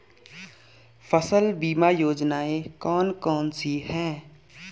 फसल बीमा योजनाएँ कौन कौनसी हैं?